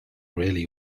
really